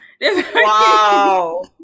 Wow